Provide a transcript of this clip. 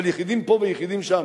אבל יחידים פה ויחידים שם.